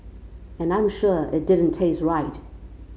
and I'm sure it didn't taste right